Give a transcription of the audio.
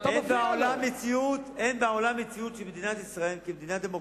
אין בעולם מציאות ביטחונית קשה כמו במדינת ישראל.